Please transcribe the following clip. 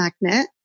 magnet